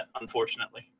unfortunately